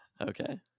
Okay